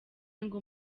ngo